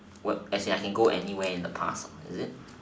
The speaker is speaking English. what as in I can go anywhere in the past is it